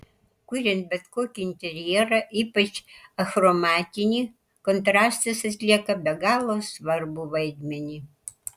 kuriant bet kokį interjerą ypač achromatinį kontrastas atlieka be galo svarbų vaidmenį